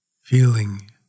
feeling